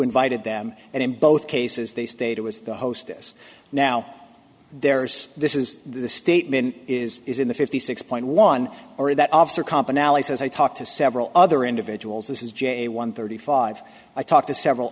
invited them and in both cases they stated was the hostess now there's this is the statement is is in the fifty six point one or that officer comp analysis i talked to several other individuals this is j one thirty five i talked to several